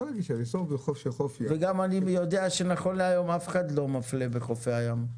אני יודע שנכון להיום אף אחד לא מפלה בחופי הים.